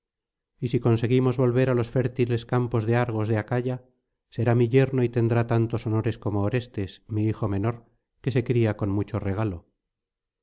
y si conseguimos volver á los fértiles campos de argos de acaya será mi yerno y tendrá tantos honores como orestes mi hijo menor que se cría con mucho regalo